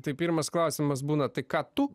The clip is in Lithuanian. tai pirmas klausimas būna tai ką tu